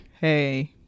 hey